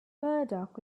murdoch